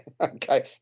Okay